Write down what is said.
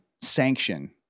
sanction